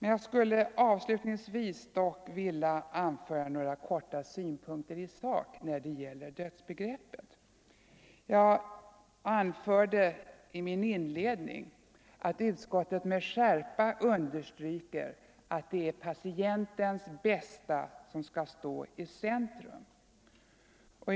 I sak skall jag avslutningsvis anföra några korta synpunkter på dödsbegreppet. Jag anförde i min inledning att utskottet med skärpa understryker att det är patientens bästa som skall stå i centrum.